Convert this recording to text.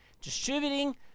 Distributing